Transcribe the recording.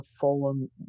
fallen